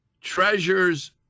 treasures